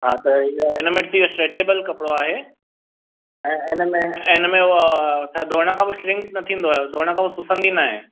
हा त हिन हिन में कीअं स्ट्रेचेबल कपिड़ो आहे ऐं हिन में ऐं हिन में इहो छा धोइण खां पोइ श्रिंक न थींदो आहे धोइण खां पोइ सुसंदी नाहे